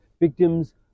Victims